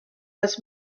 was